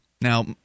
Now